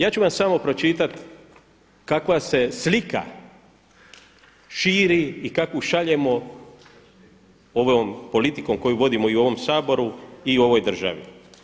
Ja ću vam samo pročitati kakva se slika širi i kakvu šaljemo ovom politikom koju vodimo i u ovom Saboru, i u ovoj državi.